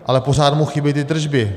Ale pořád mu chybí ty tržby.